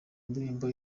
ndirimbo